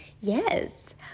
yes